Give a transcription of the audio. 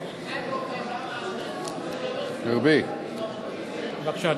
בבקשה,